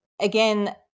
Again